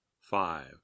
five